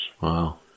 Wow